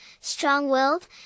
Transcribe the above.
strong-willed